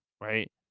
right